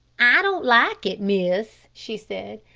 i don't like it, miss, she said,